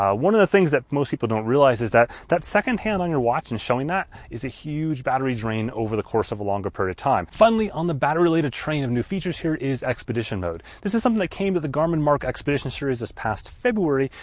ah one of the things that most people don't realize is that, that seconds-hand on your watch and showing it, is a huge battery drain over the course of a longer period of time. finally on the battery related train of new features, here is expedition mode. this is something that came to the garmin marq expedition series this past february,